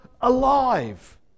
alive